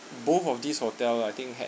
both of these hotel I think had